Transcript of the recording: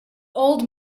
old